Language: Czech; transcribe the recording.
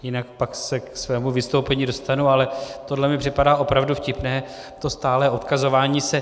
Jinak pak se ke svému vystoupení dostanu, ale tohle mi připadá opravdu vtipné, to stálé odkazování se.